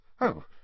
Oh